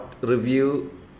review